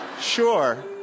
Sure